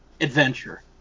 adventure